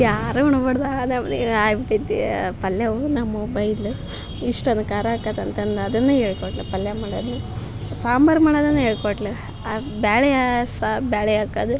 ಯಾರು ಉಣಬಾರದು ಆ ನಮ್ನಿ ಆಗ್ಬಿಟ್ಟತಿ ಪಲ್ಯವೂ ನಮ್ಮವ್ವ ಬೈದ್ಲು ಇಷ್ಟೊಂದು ಖಾರ ಹಾಕದ ಅಂತ ಅಂದು ಅದನ್ನೂ ಹೇಳಿ ಕೊಟ್ಳು ಪಲ್ಯ ಮಾಡೋದು ಸಾಂಬಾರು ಮಾಡೋದನ್ನ ಹೇಳ್ಕೊಟ್ಲು ಬೇಳೆ ಸಾ ಬೇಳೆ ಹಾಕದು